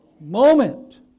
moment